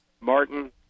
Martin